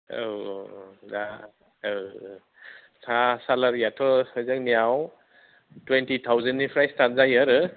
औ अ अ दा औ ए दा सेलारियाथ' जोंनियाव टुवेन्टि थावजेन्डनिफ्राय स्टार्ट जायो आरो